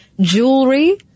jewelry